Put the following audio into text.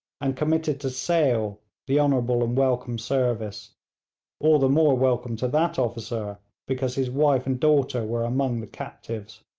and committed to sale the honourable and welcome service all the more welcome to that officer because his wife and daughter were among the captives.